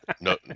No